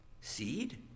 seed